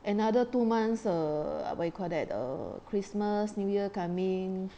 another two months err what you call that christmas new year coming